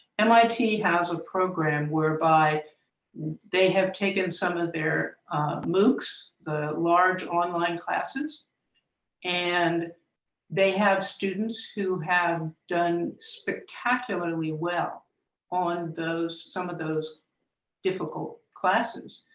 mit has a program whereby they have taken some of their moochs, the large online classes and they have students who have done spectacularly well on some of those difficult classes,